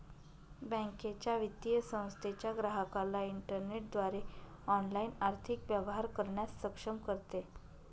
बँकेच्या, वित्तीय संस्थेच्या ग्राहकाला इंटरनेटद्वारे ऑनलाइन आर्थिक व्यवहार करण्यास सक्षम करते